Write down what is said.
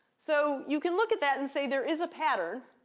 so you can look at that and say there is a pattern,